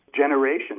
generations